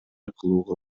кылууга